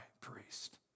priest